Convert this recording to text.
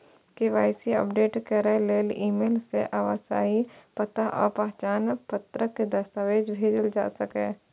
KYC update करै लेल email सं आवासीय पता आ पहचान पत्रक दस्तावेज भेजल जा सकैए